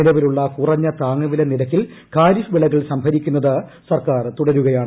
നിലവിലുള്ള കുറഞ്ഞ താങ്ങ് വില നിരക്കിൽ ഖാരിഫ് വിളകൾ സംഭരിക്കുന്നത് സർക്കാർ തുടരുകയാണ്